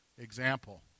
example